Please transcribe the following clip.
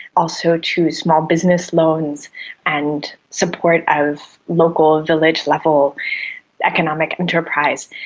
also to small-business loans and support of local village-level economic enterprise,